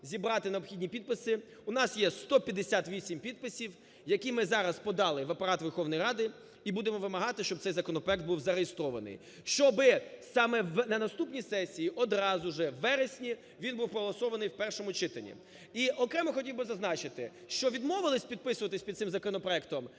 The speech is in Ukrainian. зібрати необхідні підписи. У нас є 158 підписів, які ми зараз подали в Апарат Верховної Ради і будемо вимагати, щоб цей законопроект був зареєстрований. Щоби саме на наступній сесії, одразу ж в вересні, він був проголосований в першому читанні. І окремо хотів би зазначити, що відмовилися підписуватися під цим законопроектом